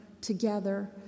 together